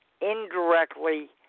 indirectly